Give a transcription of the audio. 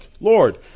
Lord